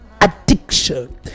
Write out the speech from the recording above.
addiction